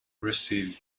received